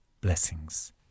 Blessings